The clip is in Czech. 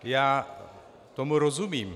Já tomu rozumím.